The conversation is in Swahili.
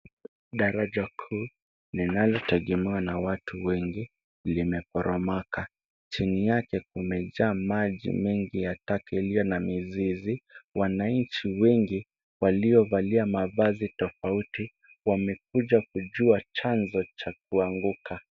Daraja kuu linalotengemana watu wengi limeporomoka. Chini yake kumejaa maji mengi ya taka yoliyo na mizizi. Wananchi wengi waliovalia mavazi tofauti wamekuja kujua chanzo cha kuanguka.